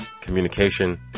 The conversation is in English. communication